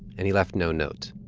and he left no note